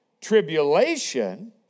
tribulation